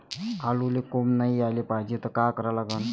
आलूले कोंब नाई याले पायजे त का करा लागन?